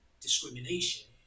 discrimination